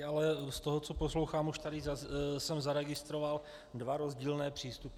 Ale z toho, co poslouchám, už tady jsem zaregistroval dva rozdílné přístupy.